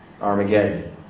Armageddon